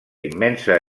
immensa